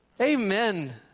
Amen